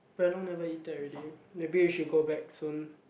very long never eat that already maybe we should go back soon